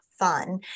fun